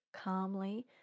calmly